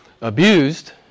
abused